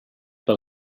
pel